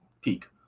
peak